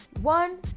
One